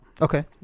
Okay